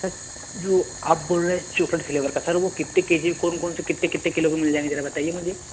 sir जो आप बोल रहे हैं चोकलेट फ्लेवर का सर वह कितने के जी वह कौन कौन से कितने कितने किलो के मिल जाएँगे ज़रा बताइए